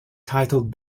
titled